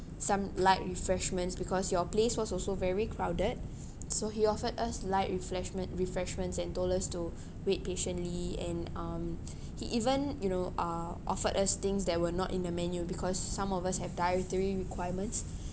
some light refreshments because your place was also very crowded so he offered us light refreshment refreshments and told us to wait patiently and um he even you know uh offered us things that were not in the menu because some of us have dietary requirements